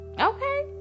Okay